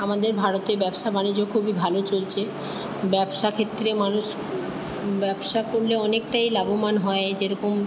আমাদের ভারতের ব্যবসা বাণিজ্য খুবই ভালো চলছে ব্যবসা ক্ষেত্রে মানুষ ব্যবসা করলে অনেকটাই লাভমান হয় যেরকম